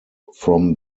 from